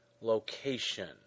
location